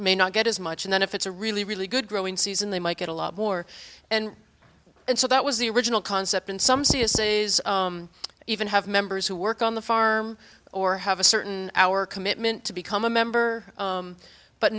may not get as much and then if it's a really really good growing season they might get a lot more and and so that was the original concept in some c s a is even have members who work on the farm or have a certain hour commitment to become a member